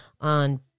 on